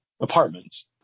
apartments